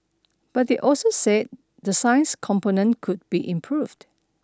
but they also said the science component could be improved